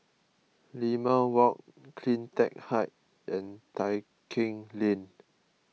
Limau Walk CleanTech Height and Tai Keng Lane